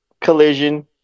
Collision